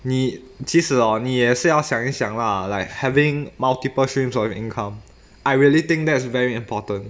你其实哦你也是要想一想 lah like having multiple streams of income I really think that's very important